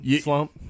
slump